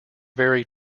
very